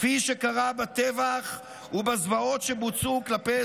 כפי שקרה בטבח ובזוועות שבוצעו כלפי